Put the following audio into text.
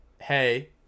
hey